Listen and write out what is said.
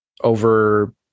Over